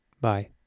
Bye